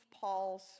Paul's